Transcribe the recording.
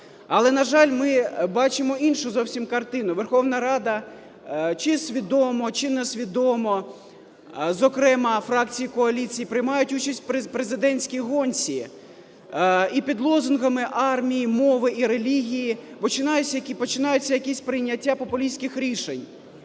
Але, на жаль, ми бачимо іншу зовсім картину. Верховна Рада чи свідомо, чи несвідомо, зокрема фракції коаліції, приймають участь в президентській гонці, і під лозунгами армії, мови і релігії починаються якісь прийняття популістських рішень.